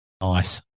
Nice